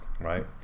right